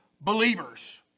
believers